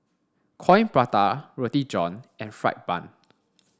Coin Prata Roti John and fried bun